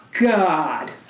God